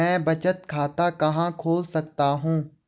मैं बचत खाता कहां खोल सकता हूँ?